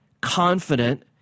confident